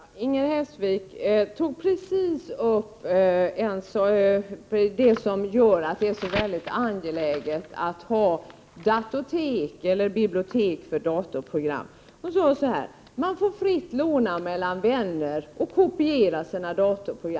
Herr talman! Inger Hestvik tog upp precis det som gör det så angeläget att ha datotek, eller bibliotek för datorprogram. Inger Hestvik sade att människor får låna fritt av vänner och kopiera.